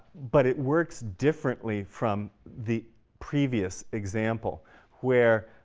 but it works differently from the previous example where